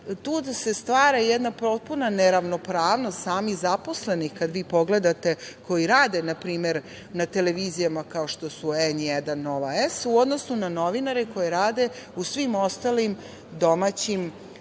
Tu se stvara jedna potpuna neravnopravnost samih zaposlenih kada vi pogledate, koji rade npr. na televizijama kao što su N1 i Nova S, u odnosu na novinare koji rade u svim ostalim domaćim